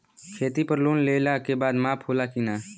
खेती पर लोन लेला के बाद माफ़ होला की ना?